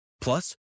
Plus